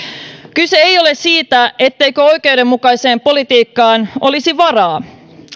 kyse ei ole siitä etteikö oikeudenmukaiseen politiikkaan olisi varaa